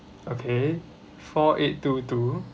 okay four eight two two